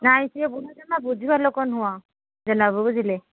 ନାହିଁ ସିଏ ବୁଢ଼ା ଜମା ବୁଝିବା ଲୋକ ନୁହଁ ଜେନା ବାବୁ ବୁଝିଲେ